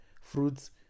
fruits